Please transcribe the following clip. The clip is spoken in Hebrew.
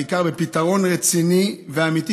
בעיקר לפתרון רציני ואמיתי,